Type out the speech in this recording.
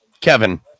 Kevin